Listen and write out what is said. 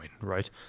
right